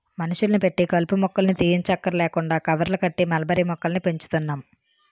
మనుషుల్ని పెట్టి కలుపు మొక్కల్ని తీయంచక్కర్లేకుండా కవర్లు కట్టి మల్బరీ మొక్కల్ని పెంచుతున్నాం